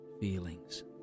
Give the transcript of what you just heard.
feelings